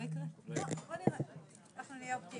רכש הנכה רכב יהיה זכאי